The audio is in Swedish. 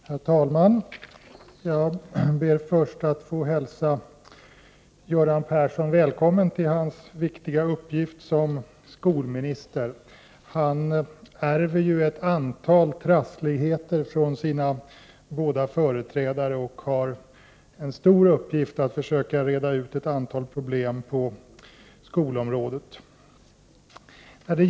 Herr talman! Jag ber först att få hälsa Göran Persson välkommen till hans viktiga uppgift som skolminister. Han ärver ett antal trassligheter från sina båda företrädare, och han har en stor uppgift att försöka reda ut ett antal problem på skolområdet.